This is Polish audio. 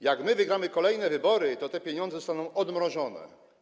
Jak my wygramy kolejne wybory, to te pieniądze zostaną odmrożone.